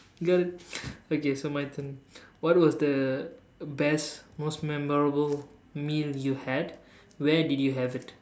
got it okay so my turn what was the best most memorable meal you had where did you have it